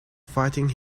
fighting